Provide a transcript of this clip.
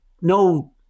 no